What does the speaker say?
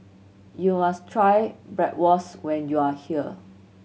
you must try Bratwurst when you are here